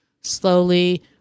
slowly